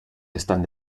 están